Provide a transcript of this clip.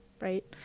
Right